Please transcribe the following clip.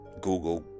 Google